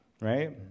right